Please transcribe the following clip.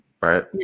right